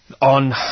On